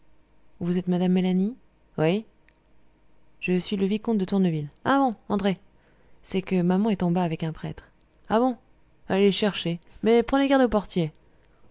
vous êtes madame mélanie oui je suis le vicomte de tourneville ah bon entrez c'est que maman est en bas avec un prêtre ah bon allez les chercher mais prenez garde au portier